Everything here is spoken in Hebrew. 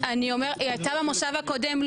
היא הייתה במושב בקודם,